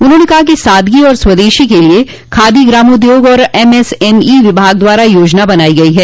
उन्होंने कहा कि सादगी और स्वदेशी के लिये खादी ग्रामोद्योग और एमएसएमई विभाग द्वारा योजना बनाई गई है